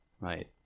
right